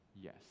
Yes